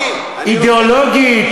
אידיאולוגית,